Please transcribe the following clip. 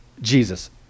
Jesus